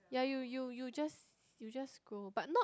yeah you you you just go but